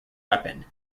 weapon